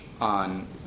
on